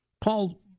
Paul